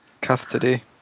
custody